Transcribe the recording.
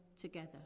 together